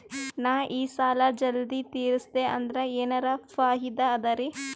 ನಾ ಈ ಸಾಲಾ ಜಲ್ದಿ ತಿರಸ್ದೆ ಅಂದ್ರ ಎನರ ಫಾಯಿದಾ ಅದರಿ?